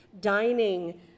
dining